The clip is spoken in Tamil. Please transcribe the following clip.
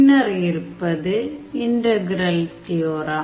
பின்னர் இருப்பது இன்டகிரல் தியோரம்